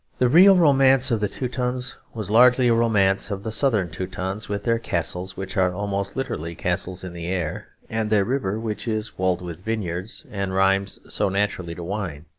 the real romance of the teutons was largely a romance of the southern teutons, with their castles, which are almost literally castles in the air, and their river which is walled with vineyards and rhymes so naturally to wine.